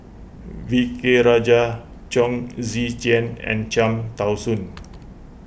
V K Rajah Chong Tze Chien and Cham Tao Soon